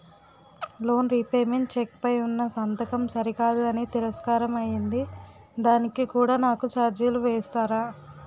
Loan repayment cheque పై ఉన్నా సంతకం సరికాదు అని తిరస్కారం అయ్యింది దానికి కూడా నాకు ఛార్జీలు వేస్తారా?